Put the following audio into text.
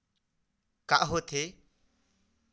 का होथे?